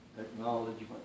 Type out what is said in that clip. Acknowledgement